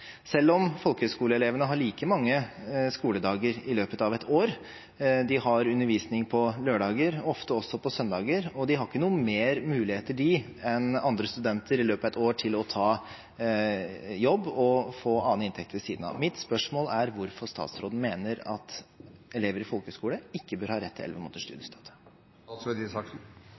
selv om folkehøyskoleelevene har like mange skoledager i løpet av et år. De har undervisning på lørdager og ofte også på søndager. De har ikke flere muligheter i løpet av et år enn andre studenter til å ta jobb og få annen inntekt ved siden av. Mitt spørsmål er: Hvorfor mener statsråden at elever på folkehøyskole ikke bør ha rett til